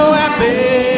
happy